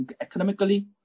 economically